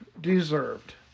deserved